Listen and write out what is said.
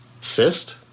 Cyst